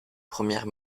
première